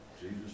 Jesus